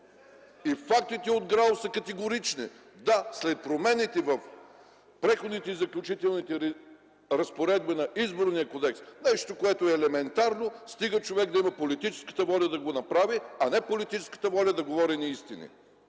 Фактите от ГРАО са категорични. Да, след промените в Преходните и заключителните разпоредби на Изборния кодекс – нещо, което е елементарно, стига човек да има политическата воля да го направи, а не политическата воля да говори неистини,